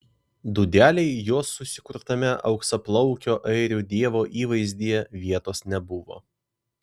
dūdelei jos susikurtame auksaplaukio airių dievo įvaizdyje vietos nebuvo